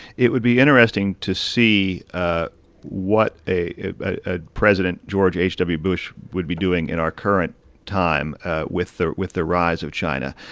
it would be interesting to see ah what a ah president george h w. bush would be doing in our current time with the with the rise of china.